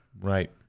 Right